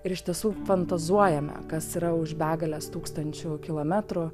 ir iš tiesų fantazuojame kas yra už begalės tūkstančių kilometrų